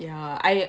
ya I